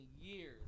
years